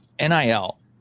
NIL